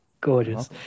Gorgeous